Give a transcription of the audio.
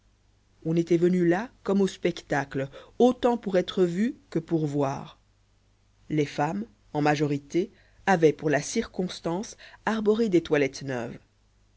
on était venu là comme au spectacle autant pour être vu que pour voir les femmes en majorité avaient pour la circonstance arboré des toilettes neuves